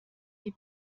die